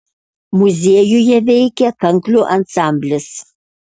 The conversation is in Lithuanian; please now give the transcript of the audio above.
muziejuje veikia kanklių ansamblis